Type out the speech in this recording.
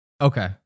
Okay